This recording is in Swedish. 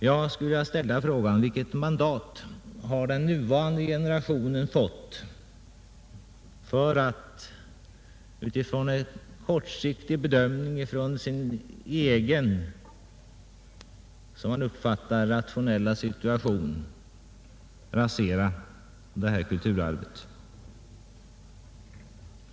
Jag skulle vilja fråga vilket mandat den nuvarande generationen har fått för att utifrån en kortsiktig bedömning av sin egen, som man uppfattar det, rationella situation rasera detta kulturarv.